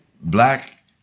black